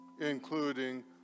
including